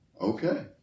Okay